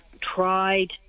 tried